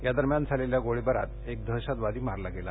या दरम्यान झालेल्या गोळीबारात एक दहशतवादी मारला गेला